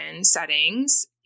settings